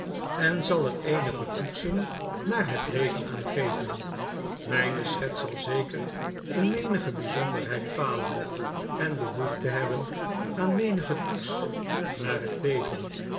en zal er eenige toetsen naar het leven aan geven myne schets zal zeker in menige byzonderheid falen en behoefte hebben aan menigen toets naar het leven